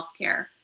healthcare